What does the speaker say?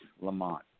Lamont